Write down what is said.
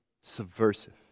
subversive